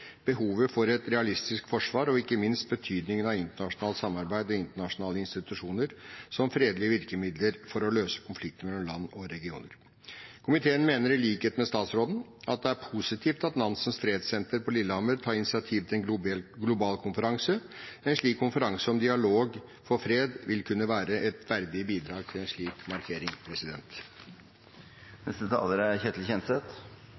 behovet for et realistisk forsvar og ikke minst betydningen av internasjonalt samarbeid og internasjonale institusjoner som fredelige virkemidler for å løse konflikter mellom land og regioner. Komiteen mener, i likhet med statsråden, at det er positivt at Nansen Fredssenter på Lillehammer tar initiativ til en global konferanse. En slik konferanse om dialog for fred vil kunne være et verdig bidrag til en slik markering.